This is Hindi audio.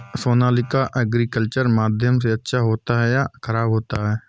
सोनालिका एग्रीकल्चर माध्यम से अच्छा होता है या ख़राब होता है?